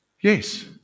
Yes